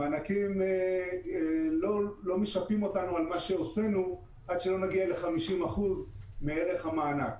המענקים לא משפים אותנו על מה שהוצאנו עד שלא נגיע ל-50% מערך המענק.